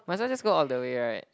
might as well just go all the way right